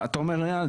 אתה אומר "יאללה,